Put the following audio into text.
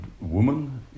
woman